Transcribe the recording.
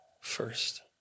First